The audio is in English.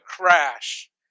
crash